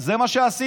זה מה שעשיתי,